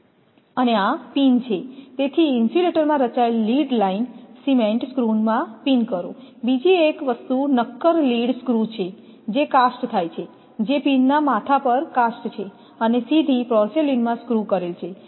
અને આ પિન છે તેથી ઇન્સ્યુલેટરમાં રચાયેલ લીડ લાઇન સિમેન્ટ સ્ક્રૂમાં પિન કરો બીજી એક વસ્તુ નક્કર લીડ સ્ક્રુ છે જે કાસ્ટ થાય છે જે પિનના માથા પર કાસ્ટ છે અને સીધી પોર્સેલેઇનમાં સ્ક્રૂ કરેલ છે